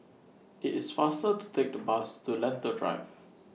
IT IS faster to Take The Bus to Lentor Drive